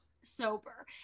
sober